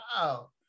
wow